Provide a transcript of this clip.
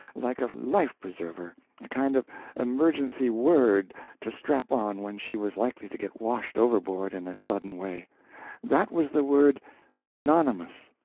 like a life-preserver, a kind of emergency word to strap on when she was likely to get washed overboard in a sudden way that was the word synonymous.